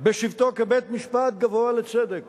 בשבתו כבית-משפט גבוה לצדק